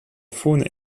faune